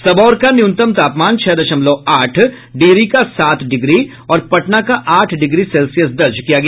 सबौर का न्यूनतम तापमान छह दशमलव आठ डिहरी का सात डिग्री और पटना का आठ डिग्री सेल्सियस दर्ज किया गया